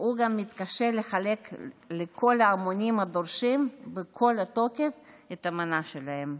והוא גם מתקשה לחלק לכל ההמונים הדורשים בכל תוקף את המנה שלהם.